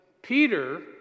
Peter